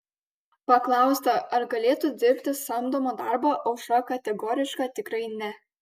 paklausta ar galėtų dirbti samdomą darbą aušra kategoriška tikrai ne